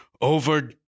over